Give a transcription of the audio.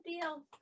deal